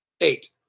eight